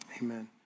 Amen